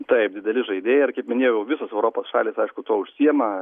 taip dideli žaidėjai ir kaip minėjau visos europos šalys aišku tuo užsiima